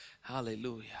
Hallelujah